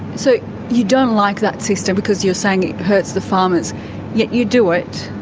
so you don't like that system because you're saying it hurts the farmers, yet you do it.